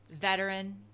veteran